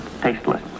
tasteless